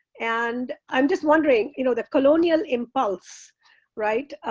and i'm just wondering, you know, that colonial impulse right,